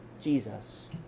Jesus